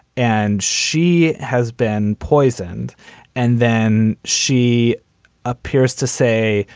and she has been poisoned and then she appears to say,